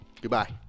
Goodbye